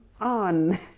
on